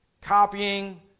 copying